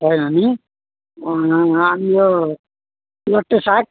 छैन नि अनि यो लट्टे साग